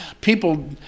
people